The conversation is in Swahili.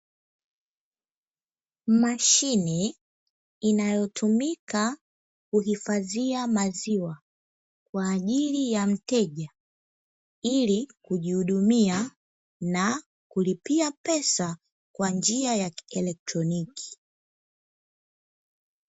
Mashine inayotumika kuhifadhia maziwa kwa ajili ya mteja ili kujihudumia na kulipia pesa kwa njia ya kielektroniki.